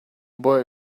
boy